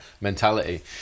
mentality